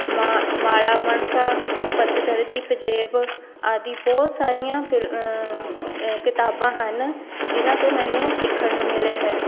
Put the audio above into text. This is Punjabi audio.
ਮਾ ਮਾਲਾ ਮਣਕਾ ਪੱਤਝੜ ਦੀ ਪੰਜੇਬ ਆਦਿ ਬਹੁਤ ਸਾਰੀਆਂ ਫਿ ਕਿਤਾਬਾਂ ਹਨ ਜਿਨ੍ਹਾਂ ਤੋਂ ਮੈਨੂੰ ਸਿੱਖਣ ਨੂੰ ਮਿਲਿਆ ਹੈ